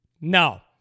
No